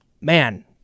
man